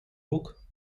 рук